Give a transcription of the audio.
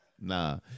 Nah